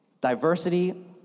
Diversity